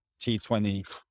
T20